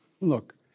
Look